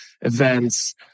events